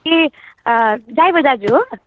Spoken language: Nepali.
ए ड्राइभर दाजु हो